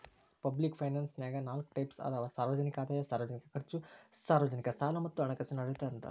public ಫೈನಾನ್ಸನ್ಯಾಗ ನಾಲ್ಕ್ type ಅದಾವ ಸಾರ್ವಜನಿಕ ಆದಾಯ ಸಾರ್ವಜನಿಕ ಖರ್ಚು ಸಾರ್ವಜನಿಕ ಸಾಲ ಮತ್ತ ಹಣಕಾಸಿನ ಆಡಳಿತ ಅಂತ